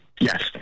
Yes